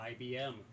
IBM